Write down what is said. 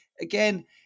again